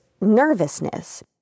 nervousness